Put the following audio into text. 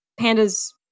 pandas